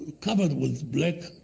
covered with black,